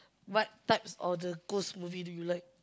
what types of the ghost movie do you like